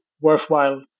worthwhile